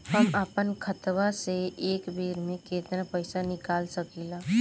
हम आपन खतवा से एक बेर मे केतना पईसा निकाल सकिला?